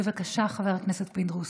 בבקשה, חבר הכנסת פינדרוס.